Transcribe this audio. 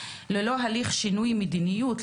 ללא הליך שינוי מדיניות,